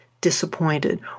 disappointed